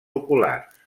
oculars